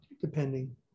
depending